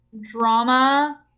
drama